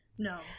No